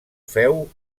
feu